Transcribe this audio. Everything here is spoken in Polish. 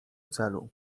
celu